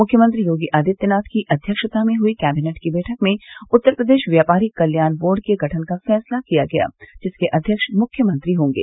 मुख्यमंत्री योगी आदित्यनाथ की अध्यक्षता में हुई कैबिनेट की बैठक में उत्तर प्रदेश व्यापारी कल्याण बोर्ड के गठन का फैसला किया गया जिसके अध्यक्ष मृख्यमंत्री होंगे